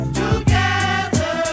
together